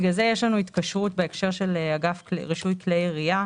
בגלל זה יש לנו התקשרות בהקשר של אגף רישוי כלי ירייה,